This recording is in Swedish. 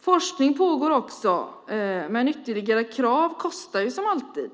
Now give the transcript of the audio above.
Forskning pågår också. Men ytterligare krav kostar, som alltid.